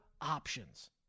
options